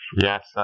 Yes